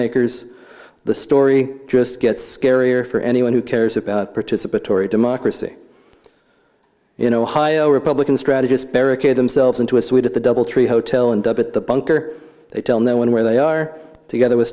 makers the story just gets scary or for anyone who cares about participatory democracy in ohio republican strategist barricade themselves into a suite at the doubletree hotel and up at the bunker they tell no one where they are together with